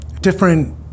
Different